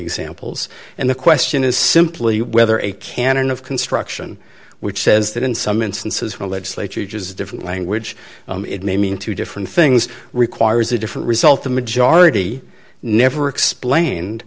examples and the question is simply whether a canon of construction which says that in some instances where legislatures different language it may mean two different things requires a different result the majority never explained